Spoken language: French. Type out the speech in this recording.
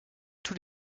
tous